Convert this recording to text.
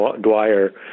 Dwyer